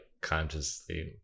consciously